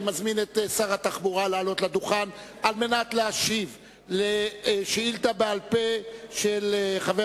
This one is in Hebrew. אני מזמין את שר התחבורה לעלות לדוכן ולהשיב על שאילתא בעל-פה של חבר